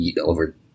over